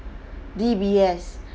D_B_S